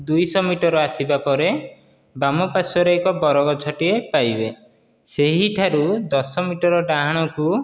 ଦୁଇ ଶହ ମିଟର ଆସିବା ପରେ ବାମ ପାର୍ଶ୍ୱରେ ଏକ ବରଗଛଟିଏ ପାଇବେ ସେହିଠାରୁ ଦଶ ମିଟର ଡାହାଣକୁ